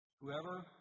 whoever